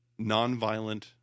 nonviolent